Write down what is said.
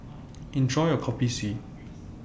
Enjoy your Kopi C